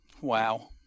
Wow